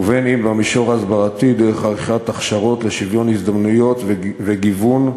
ואם במישור ההסברתי דרך עריכת הכשרות לשוויון הזדמנויות וגיוונן,